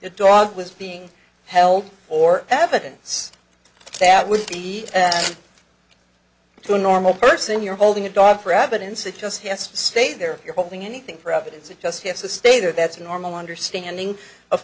the dog was being held or evidence that would be to a normal person you're holding a dog for evidence it just has to stay there if you're holding anything for evidence it just has to stay there that's a normal understanding of